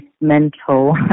mental